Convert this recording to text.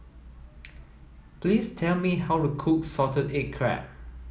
please tell me how to cook salted egg crab